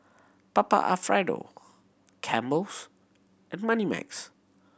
Papa Alfredo Campbell's and Moneymax